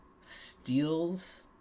steals